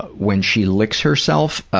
when she licks herself, ah